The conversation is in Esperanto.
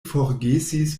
forgesis